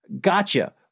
gotcha